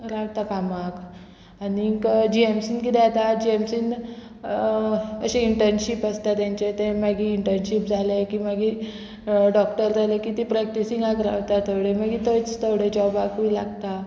रावता कामाक आनीक जी एम सीन किदें जाता जी एम सीन अशे इंटर्नशीप आसता तेंचे ते मागीर इंटनशीप जाले की मागीर डॉक्टर जाले की ती प्रॅक्टिसिंगाक रावता थोडे मागीर थंयच थोडे जॉबाकूय लागता